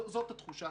זאת התחושה.